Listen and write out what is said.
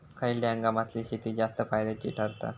खयल्या हंगामातली शेती जास्त फायद्याची ठरता?